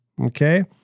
Okay